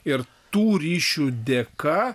ir tų ryšių dėka